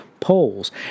polls